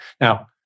Now